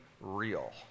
real